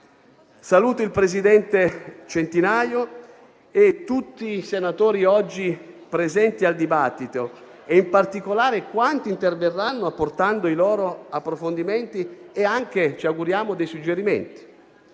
Saluto il presidente Centinaio, tutti i senatori oggi presenti al dibattito e in particolare quanti interverranno apportando i loro approfondimenti e anche - ci auguriamo - dei suggerimenti.